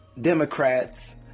Democrats